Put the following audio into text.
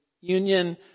union